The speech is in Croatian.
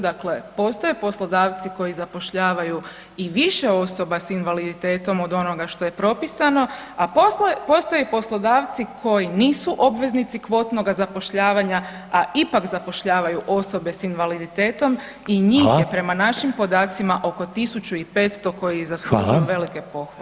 Dakle, postoje poslodavci koji zapošljavaju i više osoba s invaliditetom od onoga što je propisano, a postoje poslodavci koji nisu obveznici kvotnoga zapošljavanja, a ipak zapošljavaju osobe s invaliditetom i njih je prema našim [[Upadica: Hvala.]] podacima oko 1.500 koji zaslužuju velike pohvale.